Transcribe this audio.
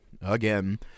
again